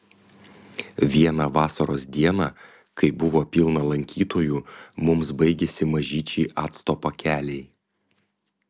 vieną vasaros dieną kai buvo pilna lankytojų mums baigėsi mažyčiai acto pakeliai